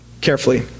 carefully